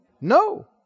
No